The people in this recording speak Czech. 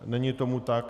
Není tomu tak.